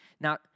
Now